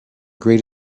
great